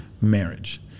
marriage